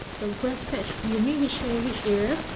the grass patch you mean which one which area